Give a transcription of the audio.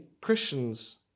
Christians